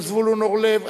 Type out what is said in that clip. או זבולון אורלב.